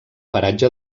paratge